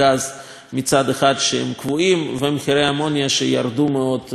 שמצד אחד קבועים, ומחירי האמוניה ירדו מאוד בעולם.